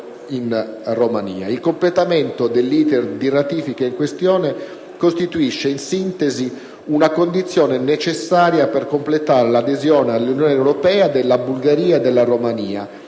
Il completamento dell'*iter* di ratifica dell'Accordo in questione costituisce, in sintesi, una condizione necessaria per completare l'adesione all'Unione europea della Bulgaria e della Romania,